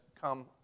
come